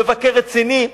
מבקר רציני,